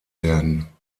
werden